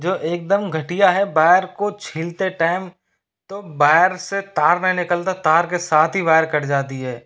जो एक दम घटिया है बायर को छीलते टाइम तो बायर से तार नहीं निकलता तार के साथ ही वायर कट जाती है